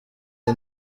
iyi